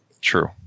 True